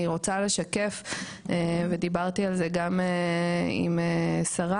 אני רוצה לשקף ודיברתי על זה גם עם שריי,